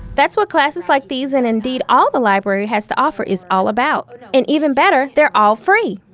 that's what classes like these, and indeed, all the library has to offer, is all about. and even better, they're all free.